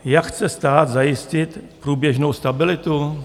Jak chce stát zajistit průběžnou stabilitu?